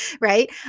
right